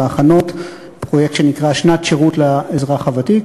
ההכנות לפרויקט שנקרא "שנת שירות לאזרח הוותיק".